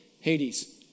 Hades